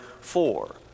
four